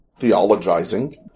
theologizing